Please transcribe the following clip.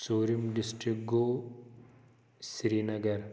ژوٗرِم ڈِسٹِرٛک گوٚو سرینَگَر